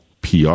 PR